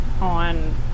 on